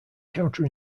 counter